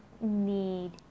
need